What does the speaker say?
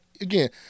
again